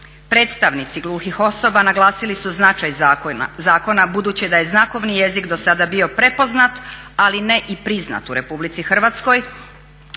Predstavnici gluhih osoba naglasili su značaj zakona budući da je znakovni jezik do sada bio prepoznat ali ne i priznat u Republici Hrvatskoj